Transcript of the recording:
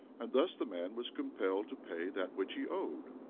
and thus the man was compelled to pay that which he owed,